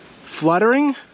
Fluttering